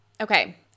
Okay